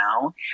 now